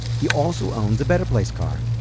he also owns a better place car.